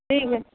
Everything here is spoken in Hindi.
सही में